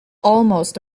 almost